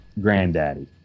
Granddaddy